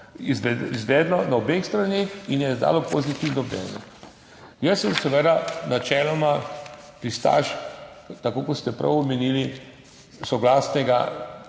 izvedlo na obeh straneh in je izdalo pozitivno mnenje. Jaz sem seveda načeloma pristaš, tako kot ste prav omenili, soglasnega